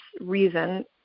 reason